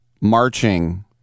marching